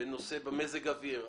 במזג האוויר,